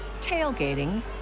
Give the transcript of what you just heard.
tailgating